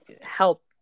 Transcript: help